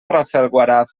rafelguaraf